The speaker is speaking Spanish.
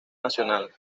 nacional